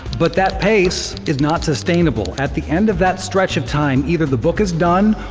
but that pace is not sustainable. at the end of that stretch of time, either the book is done,